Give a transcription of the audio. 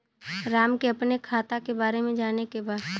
राम के अपने खाता के बारे मे जाने के बा?